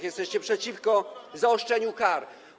Jesteście przeciwko zaostrzeniu kar.